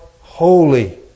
holy